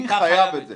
אני חייב את זה.